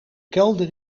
kelder